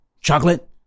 Chocolate